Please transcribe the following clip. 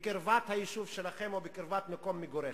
בקרבת היישוב שלכם או בקרבת מקום מגוריכם?